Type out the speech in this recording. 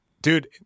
Dude